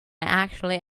actually